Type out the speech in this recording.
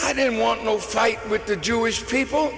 i didn't want no fight with the jewish people